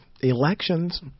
elections